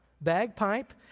bagpipe